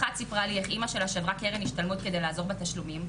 אחת סיפרה לי איך אימא שלה שברה קרן השתלמות כדי לעזור בתשלומים.